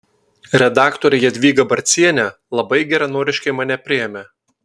redaktorė jadvyga barcienė labai geranoriškai mane priėmė